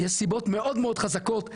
יש סיבות מאוד מאוד חזקות,